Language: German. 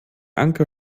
anker